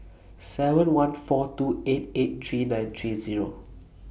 seven one four two eight eight three nine three Zero